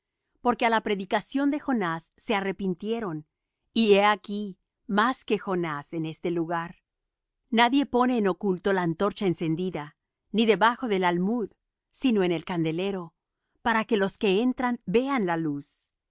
porque á la predicación de jonás se arrepintieron y he aquí más que jonás en este lugar nadie pone en oculto la antorcha encendida ni debajo del almud sino en el candelero para que los que entran vean la luz